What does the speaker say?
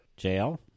JL